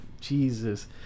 Jesus